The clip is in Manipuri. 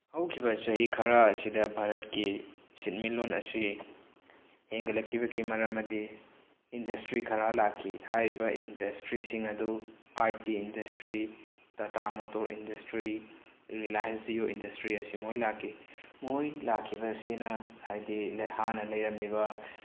ꯍꯧꯈꯤꯕ ꯆꯍꯤ ꯈꯔ ꯑꯁꯤꯗ ꯚꯥꯔꯠꯀꯤ ꯁꯦꯟꯃꯤꯠꯂꯣꯟ ꯑꯁꯤ ꯍꯦꯡꯒꯠꯂꯛꯈꯤꯕꯒꯤ ꯃꯔꯝ ꯑꯗꯨꯗꯤ ꯏꯟꯗꯁꯇ꯭ꯔꯤ ꯈꯔ ꯂꯥꯛꯈꯤ ꯍꯥꯏꯔꯤꯕ ꯏꯟꯗꯁꯇ꯭ꯔꯤꯁꯤꯡ ꯑꯗꯨ I T industry Tata motor industry Reliance Jio industry ꯑꯁꯤ ꯃꯈꯣꯏ ꯂꯥꯛꯈꯤ ꯃꯈꯣꯏ ꯂꯥꯛꯈꯤꯕ ꯑꯁꯤꯅ ꯍꯥꯏꯗꯤ ꯍꯥꯟꯅ ꯂꯩꯔꯝꯃꯤꯕ